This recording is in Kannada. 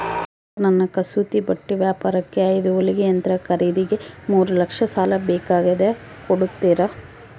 ಸರ್ ನನ್ನ ಕಸೂತಿ ಬಟ್ಟೆ ವ್ಯಾಪಾರಕ್ಕೆ ಐದು ಹೊಲಿಗೆ ಯಂತ್ರ ಖರೇದಿಗೆ ಮೂರು ಲಕ್ಷ ಸಾಲ ಬೇಕಾಗ್ಯದ ಕೊಡುತ್ತೇರಾ?